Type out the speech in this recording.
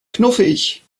knuffig